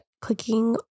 clicking